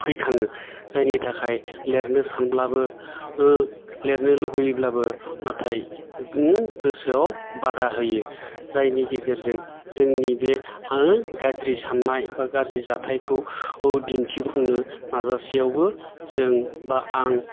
फैखाङो जायनि थाखाय लिरनो सानब्लाबो लिरनो लुबैब्लाबो नाथाय गोसोआव बादा होयो जायनि गेजेरजों जोंनि बे हा गाज्रि साननाय बा गाज्रि जाथाइखौ दिन्थिफुंनो नाजासेयावबो जों बा आं